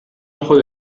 ojo